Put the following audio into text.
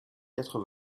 quatre